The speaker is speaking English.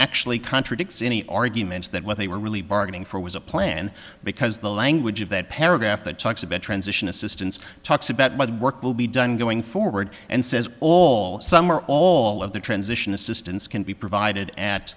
actually contradicts any arguments that what they were really bargaining for was a plan because the language of that paragraph that talks about transition assistance talks about why the work will be done going forward and says all summer all of the transition assistance can be provided at